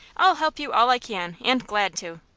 i'll help you all i can, and glad to.